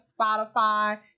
Spotify